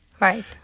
Right